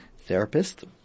therapist